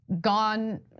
gone